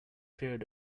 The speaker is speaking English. period